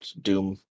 Doom